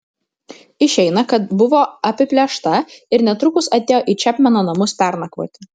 išeina kad buvo apiplėšta ir netrukus atėjo į čepmeno namus pernakvoti